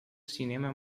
cinema